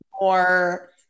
more